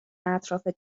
اطراف